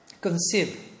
conceive